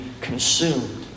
consumed